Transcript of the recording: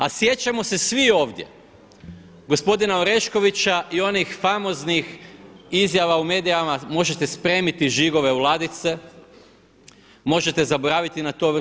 A sjećamo se svi ovdje gospodina Oreškovića i onih famoznih izjava u medijima možete spremiti žigove u ladice, možete zaboraviti na to.